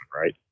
right